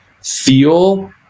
feel